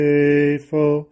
Faithful